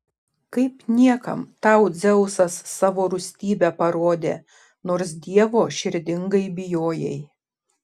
kaip niekam tau dzeusas savo rūstybę parodė nors dievo širdingai bijojai